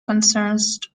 concerns